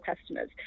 customers